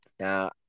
Now